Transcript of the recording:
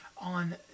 on